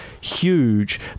huge